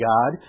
God